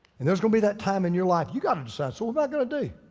and there's gonna be that time in your life, you gotta decide, so what am i gonna do?